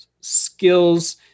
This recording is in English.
skills